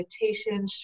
meditation